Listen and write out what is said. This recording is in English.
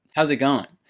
how's it going?